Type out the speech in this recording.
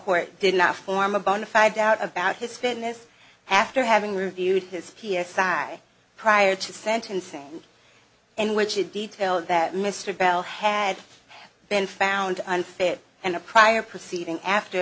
court did not form a bonafide doubt about his fitness after having reviewed his p s i a prior to sentencing and which a detail that mr bell had been found unfit and a prior proceeding after